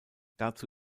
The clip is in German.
dazu